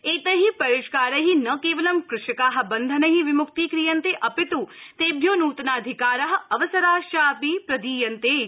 एतै परिष्काै न केवलं कृषका बन्धनै विम्क्तीक्रियन्ते अपित् तेभ्यो नूतनाधिकारा अवसराश्चापि प्रदीयन्ते इति